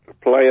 play